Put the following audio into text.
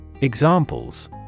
Examples